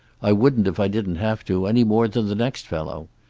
i wouldn't if i didn't have to, any more than the next fellow.